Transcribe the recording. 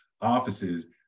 offices